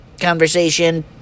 conversation